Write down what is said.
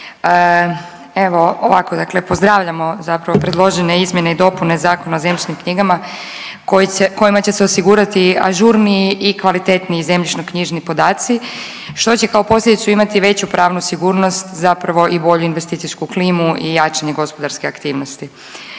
Evo ovako, dakle pozdravljamo zapravo predložene izmjene i dopune Zakona o zemljišnim knjigama koji će, kojima će se osigurati ažurniji i kvalitetniji zemljišnoknjižni podaci, što će kao posljedicu imati veću pravnu sigurnost zapravo i bolju investicijsku klimu i jačanje gospodarske aktivnosti.